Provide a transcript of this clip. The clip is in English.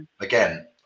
again